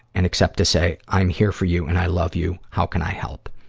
and except to say, i'm here for you and i love you. how can i help?